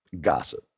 gossip